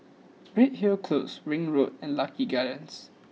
Redhill Close Ring Road and Lucky Gardens